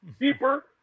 deeper